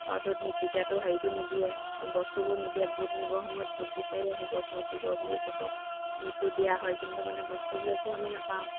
অঁ হেৰিটো নিদিয়ে বস্তুবোৰ নিদিয়ে ভোট নিব সময়ত ভোট বিচাৰি আহিব ভোট দিব বুলি ক'ব ভোটটো দিয়া হয় কিন্তু মানে বস্তুবোৰ একো আমি নাপাওঁ